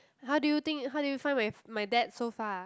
how do you think how do you find my my dad so far